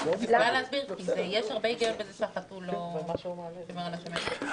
יש הרבה היגיון בזה שהחתול לא שומר על השמנת.